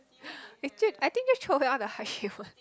actually I think just throw away all the heart shape one